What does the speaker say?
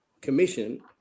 Commission